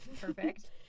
perfect